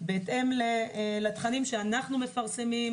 בהתאם לתכנים שאנחנו מפרסמים,